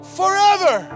forever